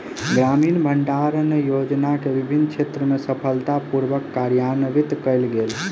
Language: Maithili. ग्रामीण भण्डारण योजना के विभिन्न क्षेत्र में सफलता पूर्वक कार्यान्वित कयल गेल